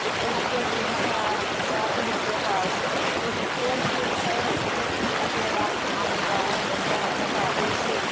পিতৃ মাতৃয়ে যি বিচাৰে বিচৰাতো শিশুৱে কৰা উচিত কিন্তু শিশুৱে যিটো বিচাৰে সেইটোহে পিতৃ মাতৃয়ে বা আন ঘৰৰ সদস্যসকলে কৰাতো উচিত